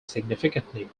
significantly